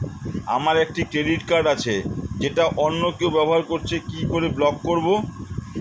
আমার একটি credit card আছে যেটা অন্য কেউ ব্যবহার করছে কি করে ব্লক করবো?